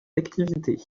d’activité